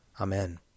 Amen